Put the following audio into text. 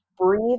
breathe